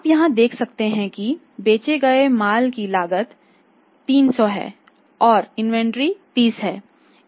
आप यहां देख सकते हैं कि बेचे गए माल की लागत 300 है और इन्वेंट्री 30 है